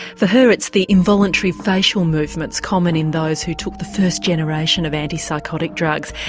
for her it's the involuntary facial movements common in those who took the first generation of anti-psychotic drugs.